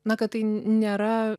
na kad tai nėra